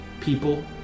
people